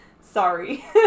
Sorry